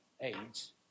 AIDS